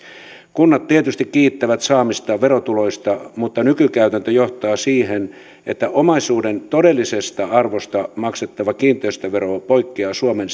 kunnat tietysti kiittävät saamistaan verotuloista mutta nykykäytäntö johtaa siihen että omaisuuden todellisesta arvosta maksettava kiinteistövero poikkeaa suomen